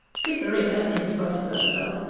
cytherea, in spite of herself,